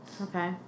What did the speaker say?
okay